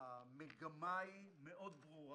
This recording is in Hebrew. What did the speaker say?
המגמה ברורה מאוד.